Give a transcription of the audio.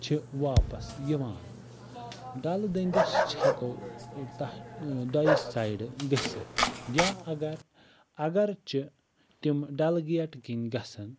چھِ واپَس یِوان ڈَلہٕ دٔنٛدِس چھِ ہیٚکو دۄیہِ سایڈِ گٔژھِتھ یا اگر اگرچہِ تِم ڈَلگیٹ کِنۍ گَژھَن